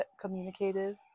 communicative